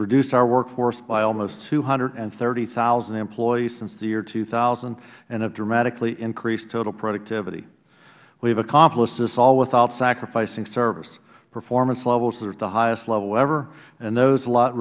reduced our workforce by almost two hundred and thirty thousand employees since the year two thousand and have dramatically increased total productivity we have accomplished this all without sacrificing service performance levels are at the highest level ever and those